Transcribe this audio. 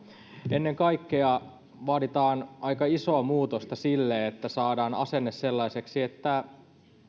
ennen kaikkea vaaditaan aika isoa muutosta siinä että saadaan asenne sellaiseksi että